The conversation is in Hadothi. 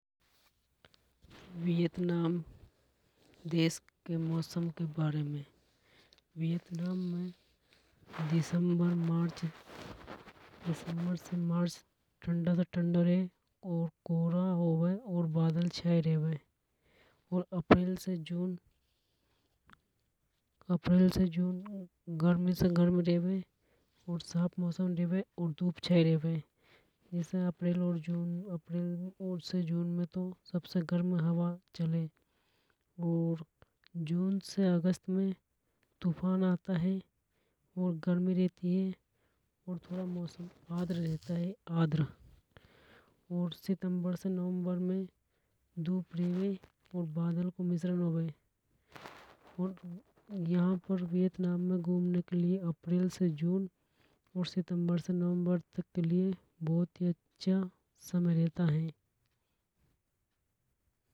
वियतनाम देश के मौसम के बारे में वियतनाम में दिसंबर मार्च ठंडा से ठंडो रे और कोरा होवे और बदल छाय रेवे और अप्रैल से जून अप्रैल से जून गर्म से गर्म रेवे और साफ मौसम रेवे और धूप छाई रेवे जैसे अप्रैल ओर जून में तो सबसे गर्म हवा चले। और जून से अगस्त में तूफान आता हे और गर्मी रहती है। और थोड़ा मौसम आर्द्र रहता है। और सितम्बर से नवंबर में धूप रेवे और बादल को मिश्रण होवे। और यहां पर वियतनाम में घूमने के लिए अप्रैल से जून और सितम्बर से नवंबर तक के लिए बहुत ही अच्छा समय रहता है।